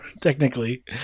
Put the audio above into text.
technically